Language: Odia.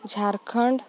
ଝାଡ଼ଖଣ୍ଡ